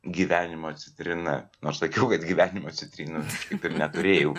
gyvenimo citrina nors sakiau kad gyvenimo citrinų kaip neturėjau